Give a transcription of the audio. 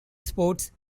sports